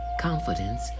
confidence